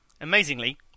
Amazingly